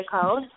code